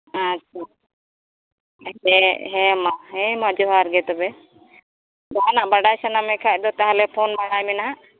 ᱦᱮᱸ ᱛᱚ ᱦᱮᱸ ᱢᱟ ᱦᱮᱸ ᱢᱟ ᱡᱚᱦᱟᱨᱜᱮ ᱛᱚᱵᱮ ᱡᱟᱦᱟᱱᱟᱜ ᱵᱟᱰᱟᱭ ᱥᱟᱱᱟ ᱢᱮᱠᱷᱟᱱ ᱫᱚ ᱛᱟᱦᱚᱞᱮ ᱯᱷᱳᱱ ᱵᱟᱲᱟᱭ ᱢᱮ ᱱᱟᱦᱟᱜ